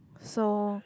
so